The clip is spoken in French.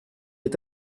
est